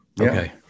Okay